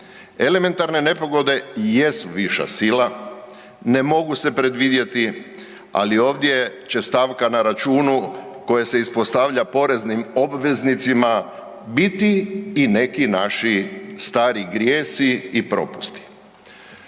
Elementarne nepogode jesu viša sila, ne mogu se predvidjeti, ali ovdje će stavka na računu koji se ispostavlja poreznim obveznicima biti i neki naši stari grijesi i propusti.